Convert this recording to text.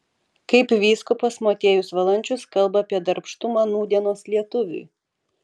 kaip vyskupas motiejus valančius kalba apie darbštumą nūdienos lietuviui